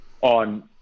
on